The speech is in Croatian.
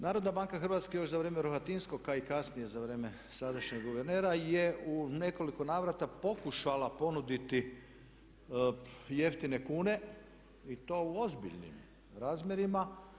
Narodna banka Hrvatske još za vrijeme Rohatinskog a i kasnije za vrijeme sadašnjeg guvernera je u nekoliko navrata pokušala ponuditi jeftine kune i to u ozbiljnim razmjerima.